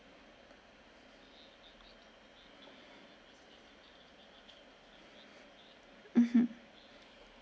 mmhmm